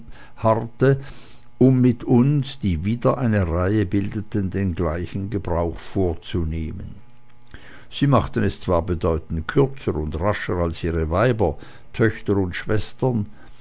harrte um mit uns die wieder eine reihe bildeten den gleichen gebrauch vorzunehmen sie machten es zwar bedeutend kürzer und rascher als ihre weiber töchter und schwestern